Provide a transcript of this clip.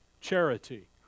charity